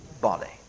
body